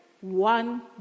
one